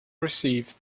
received